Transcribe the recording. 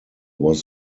was